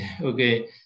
okay